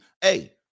hey